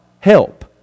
Help